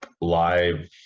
live